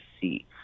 see